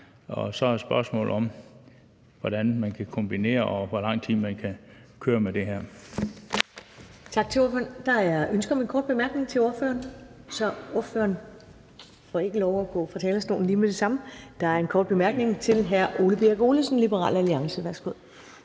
er det et spørgsmål om, hvordan man kan kombinere det, og hvor lang tid man kan køre med det her.